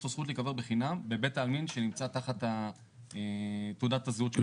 יש לו זכות להיקבר בחינם בבית העלמין שנמצא תחת תעודת הזהות שלו.